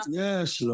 yes